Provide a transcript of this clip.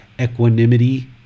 equanimity